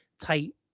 tight